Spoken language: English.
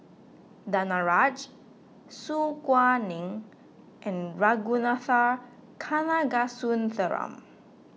Danaraj Su Guaning and Ragunathar Kanagasuntheram